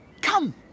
Come